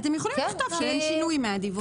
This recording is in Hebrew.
אתם יכולים לכתוב שאין שינוי מהדיווח הקודם.